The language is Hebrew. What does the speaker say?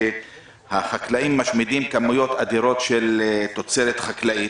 שהחקלאים משמידים כמויות אדירות של תוצרת חקלאית.